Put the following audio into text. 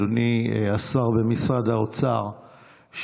אדוני השר במשרד האוצר,